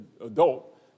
adult